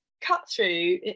cut-through